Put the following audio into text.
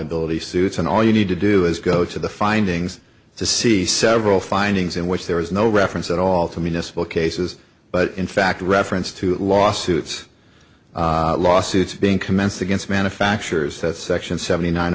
liability suits and all you need to do is go to the findings to see several findings in which there is no reference at all to mean a civil cases but in fact reference to lawsuits lawsuits being commenced against manufacturers that section seventy nine